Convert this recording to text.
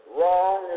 wrong